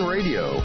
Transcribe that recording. Radio